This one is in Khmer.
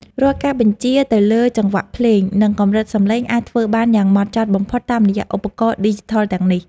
រាល់ការបញ្ជាទៅលើចង្វាក់ភ្លេង និង កម្រិតសំឡេងអាចធ្វើបានយ៉ាងហ្មត់ចត់បំផុតតាមរយៈឧបករណ៍ឌីជីថលទាំងនេះ។